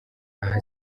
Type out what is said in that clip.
aha